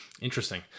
Interesting